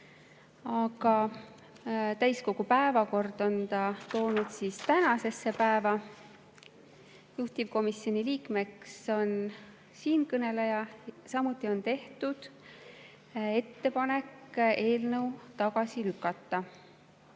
aga täiskogu päevakord on ta toonud tänasesse päeva. Juhtivkomisjoni [esindajaks määrati] siinkõneleja, samuti on tehtud ettepanek eelnõu tagasi lükata.